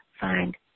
find